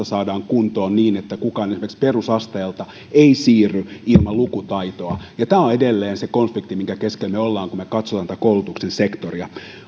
saadaan kuntoon niin että kukaan esimerkiksi perusasteelta ei siirry ilman lukutaitoa tämä on edelleen se konflikti minkä keskellä me olemme kun me katsomme tätä koulutuksen sektoria